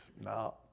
No